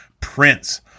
Prince